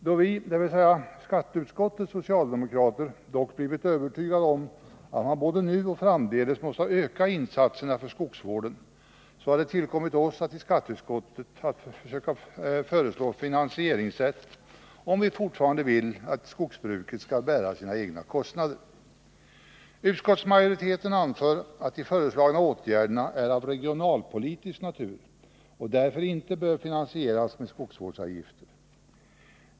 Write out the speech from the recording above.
Då vi, dvs. skatteutskottets socialdemokrater, dock blivit övertygade om att man både nu och framdeles måste öka insatserna för skogsvården, har det tillkommit oss i skatteutskottet att föreslå finansieringssätt, om vi fortfarande vill att skogsbruket skall bära sina egna kostnader. Utskottsmajoriteten anför att de föreslagna åtgärderna är av regionalpolitisk natur och därför inte bör finansieras med skogsvårdsavgifter.